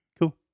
Cool